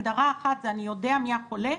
הגדרה אחת זה אני יודע מי החולה,